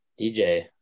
DJ